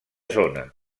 zona